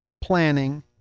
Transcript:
planning